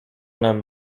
nam